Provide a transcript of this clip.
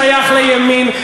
איננו שייך לימין,